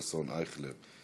חסון; אייכלר,